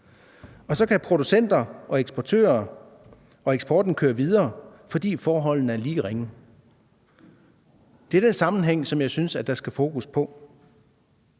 og så kan producenter og eksportører og eksporten køre videre, fordi forholdene er lige ringe. Det er den sammenhæng, som jeg synes der skal fokus på.